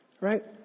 Right